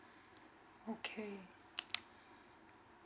okay